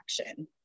action